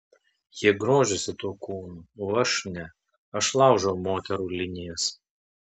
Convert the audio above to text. jie grožisi tuo kūnu o aš ne aš laužau moterų linijas